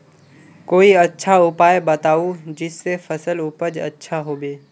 कोई अच्छा उपाय बताऊं जिससे फसल उपज अच्छा होबे